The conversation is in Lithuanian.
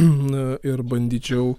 na ir bandyčiau